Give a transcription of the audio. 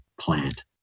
plant